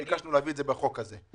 ביקשנו להביא את זה בחוק הזה.